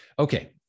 Okay